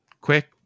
Quick